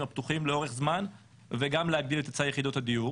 הפתוחים לאורך זמן וגם להגדיל את היצע יחידות הדיור,